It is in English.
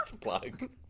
plug